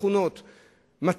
טונות של פירות וירקות ומוצרי החג